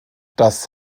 das